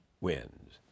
Wins